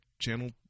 Channel